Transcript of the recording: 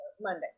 Monday